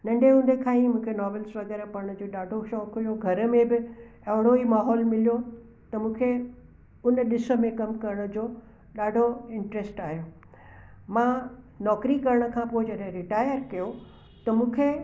नंढे हूंदे खां ई मूंखे नॉवल्स वग़ैरह पढ़ण जो ॾाढो शौक़ु हुओ घर में बि अहिड़ो ई माहौलु मिलियो त मूंखे हुन ॾिस में कमु करण जो ॾाढो इंटरस्ट आहियो मां नौकिरी करण खां पोइ जॾहिं रिटायर कयो त मूंखे